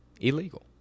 Illegal